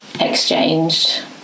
exchanged